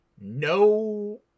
no